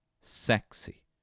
sexy